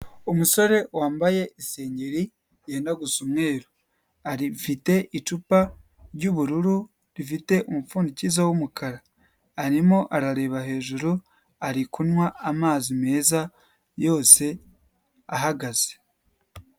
Umusore wambaye isengeri yenda gusa umweru, afite icupa ryubururu rifite umupfundikizo w'umukara. Arimo arareba hejuru ari kunywa amazi meza yose ahagaze.